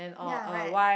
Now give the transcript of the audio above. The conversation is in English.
ya right